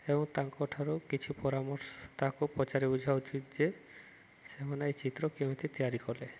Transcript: ଏବଂ ତାଙ୍କ ଠାରୁ କିଛି ପରାମର୍ଶ ତାକୁ ପଚାରି ବୁଝିବା ଉଚିତ ଯେ ସେମାନେ ଏଇ ଚିତ୍ର କେମିତି ତିଆରି କଲେ